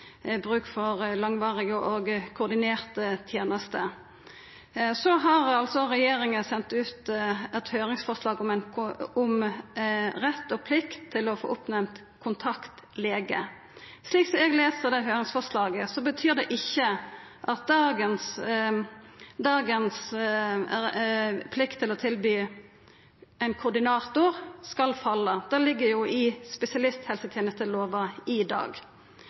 bruk for langvarige og koordinerte tenester. Regjeringa har sendt ut eit høyringsforslag om rett og plikt til å få nemnt opp kontaktlege. Slik eg les det høyringsforslaget, betyr det ikkje at dagens plikt til å tilby ein koordinator skal falla. Det ligg jo i spesialisthelsetenestelova i dag.